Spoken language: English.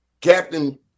Captain